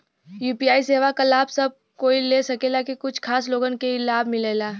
UPI सेवा क लाभ सब कोई ले सकेला की कुछ खास लोगन के ई लाभ मिलेला?